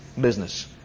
business